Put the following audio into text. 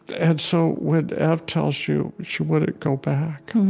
and so when ev tells you she wouldn't go back,